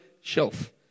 shelf